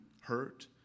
hurt